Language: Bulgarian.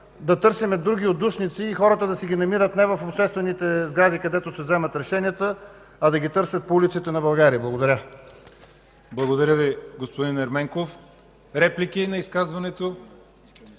да търсим други отдушници и хората да си ги намират не в обществените сгради, където се вземат решенията, а да ги търсят по улиците на България. Благодаря. ПРЕДСЕДАТЕЛ ЯВОР ХАЙТОВ: Благодаря Ви, господин Ерменков. Реплики на изказването?